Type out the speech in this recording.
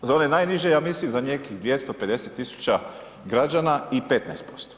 Za one najniže, ja mislim, za nekih 250 000 građana i 15%